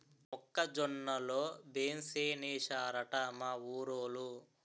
మొక్క జొన్న లో బెంసేనేశారట మా ఊరోలు